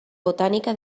botánica